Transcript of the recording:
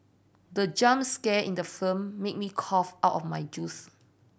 the jump scare in the film made me cough out of my juice